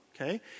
okay